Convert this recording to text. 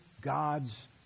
God's